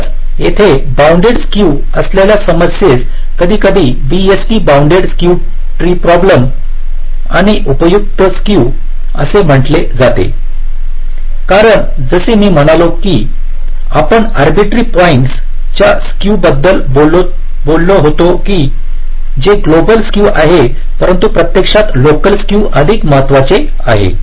म्हणूनच येथे bounded skew असलेल्या समस्येस कधीकधी BST bounded skew tree problem आणि उपयुक्त स्क्यू असे म्हटले जाते कारण जसे मी म्हणालो होतो की आपण आरबीटरी पॉईंट्स च्या स्क्यू बद्दल बोललो होतो की ते ग्लोबल स्केव आहे परंतु प्रत्यक्षात लोकल स्केव अधिक महत्वाचे आहे